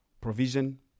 provision